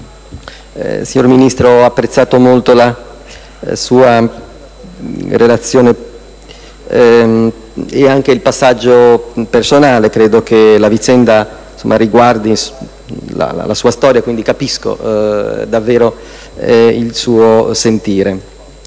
Signor Ministro, ho apprezzato molto la sua relazione, e anche il passaggio di natura personale. Credo che la vicenda riguardi la sua storia, per cui capisco davvero il suo sentimento.